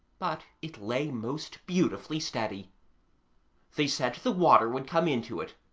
but it lay most beautifully steady they said the water would come into it,